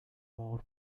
more